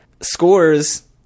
Scores